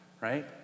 right